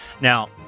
Now